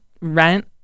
rent